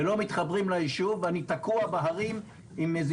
לא מתחברים ליישוב ואני תקוע בהרים עם איזה